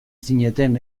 zineten